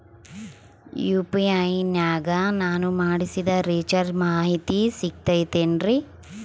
UPI ನಾಗ ನಾನು ಮಾಡಿಸಿದ ರಿಚಾರ್ಜ್ ಮಾಹಿತಿ ಸಿಗುತೈತೇನ್ರಿ?